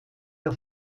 der